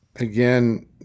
Again